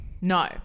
No